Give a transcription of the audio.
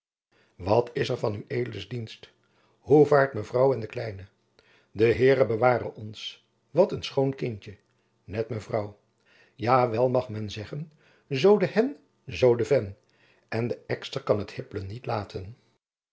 wat is er van ueds dienst hoe vaart mevrouw en de kleine de heere beware ons wat een schoon kindje net mevrouw ja wel mag men zeggen zoo de hen zoo de ven en de exter kan het hippelen niet laten